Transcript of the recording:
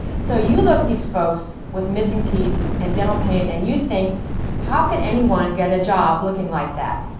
so you look at these folks with missing teeth and dental pain and you think how could anyone get a job looking like that?